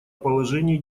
положении